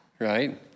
Right